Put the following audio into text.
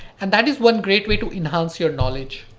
and that is one great way to enhance your knowledge.